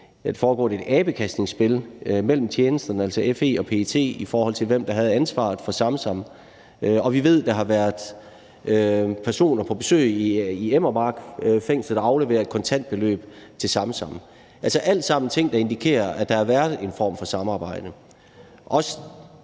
har været et abekastningsspil mellem tjenesterne, altså FE og PET, i forhold til hvem der havde ansvaret for Samsam, og vi ved, at der har været personer på besøg i Enner Mark Fængsel og aflevere et kontantbeløb til Samsam. Det er alt sammen ting, der indikerer, at der har været en form for samarbejde,